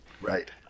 Right